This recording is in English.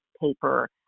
paper